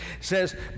says